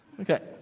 Okay